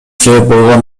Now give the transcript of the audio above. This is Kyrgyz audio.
себеп